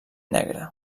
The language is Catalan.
negre